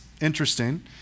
interesting